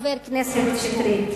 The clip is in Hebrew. מה זאת אומרת?